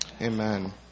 amen